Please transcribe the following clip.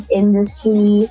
industry